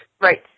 Right